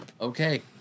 okay